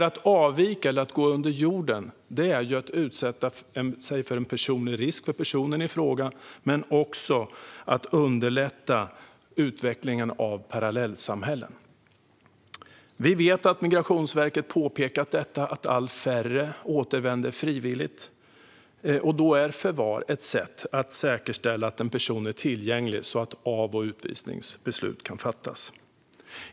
Att avvika eller gå under jorden är ju att utsätta sig för en personlig risk men också att underlätta utvecklingen av parallellsamhällen. Vi vet att Migrationsverket påpekat att allt färre återvänder frivilligt, och då är förvar ett sätt att säkerställa att en person är tillgänglig så att av och utvisningsbeslut kan verkställas.